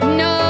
no